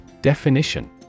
Definition